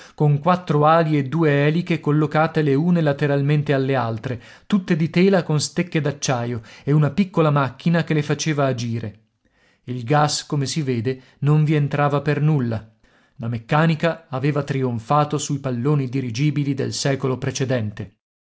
con quattro ali e due eliche collocate le une lateralmente alle altre tutte di tela con stecche d'acciaio e una piccola macchina che le faceva agire il gas come si vede non vi entrava per nulla la meccanica aveva trionfato sui palloni dirigibili del secolo precedente